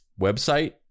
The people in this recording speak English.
website